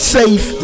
safe